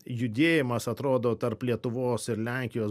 judėjimas atrodo tarp lietuvos ir lenkijos